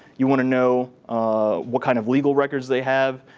you want to know what kind of legal records they have,